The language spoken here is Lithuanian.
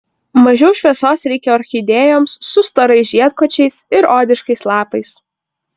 mažiau šviesos reikia orchidėjoms su storais žiedkočiais ir odiškais lapais